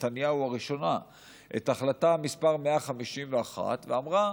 נתניהו הראשונה את החלטה מס' 151 ואמרה: